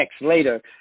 later